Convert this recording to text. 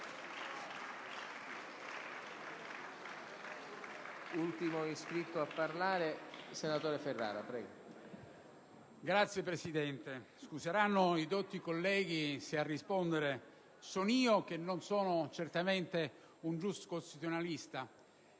Signor Presidente, scuseranno i dotti colleghi se a rispondere son io, che non sono certamente un giuscostituzionalista.